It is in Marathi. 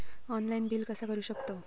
ऑनलाइन बिल कसा करु शकतव?